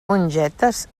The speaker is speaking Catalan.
mongetes